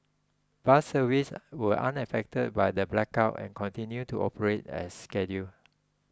bus services were unaffected by the blackout and continued to operate as scheduled